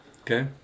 Okay